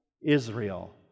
Israel